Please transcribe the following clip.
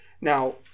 Now